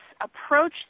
approach